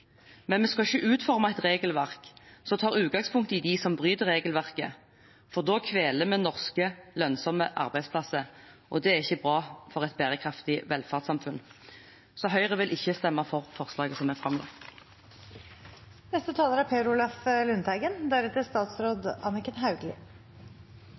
Men vi skal ikke utforme et regelverk som tar utgangspunkt i dem som bryter regelverket, for da kveler vi norske, lønnsomme arbeidsplasser, og det er ikke bra for et bærekraftig velferdssamfunn. Derfor vil Høyre ikke stemme for forslagene som er framlagt. Vi i Senterpartiet kan ikke få understreket nok vår hovedlinje, nemlig at et velorganisert arbeidsliv er